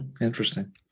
interesting